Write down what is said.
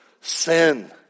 sin